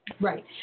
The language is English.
Right